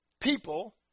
people